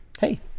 Hey